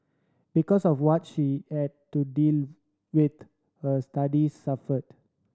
because of what she had to deal with her studies suffered